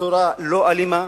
בצורה לא אלימה,